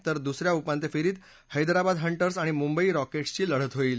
तर दुसऱ्या उपांत्य फेरीत हैदराबाद हंटर्स आणि मुंबई रॉकेट्सची लढत होईल